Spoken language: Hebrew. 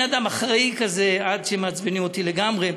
אני אדם אחראי כזה, עד שמעצבנים אותי לגמרי.